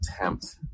attempt